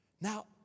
Now